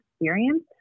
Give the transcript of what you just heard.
experience